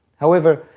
however,